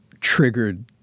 triggered